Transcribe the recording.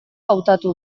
hautatu